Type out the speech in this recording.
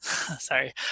sorry